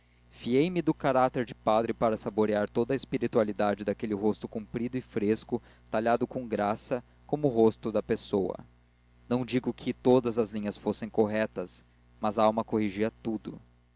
do caráter de padre para saborear toda a espiritualidade daquele rosto comprido e fresco talhado com graça como o resto da pessoa não digo que todas as linhas fossem corretas mas a alma corrigia tudo